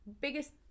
biggest